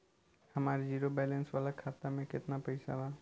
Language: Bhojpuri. हमार जीरो बैलेंस वाला खाता में केतना पईसा बा?